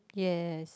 yes